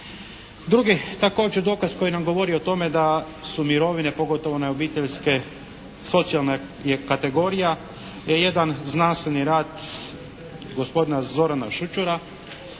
Drugi također dokaz koji nam govori o tome da su mirovine pogotovo one obiteljske, socijalna je kategorija, je jedan znanstveni rad gospodina Zorana Šućura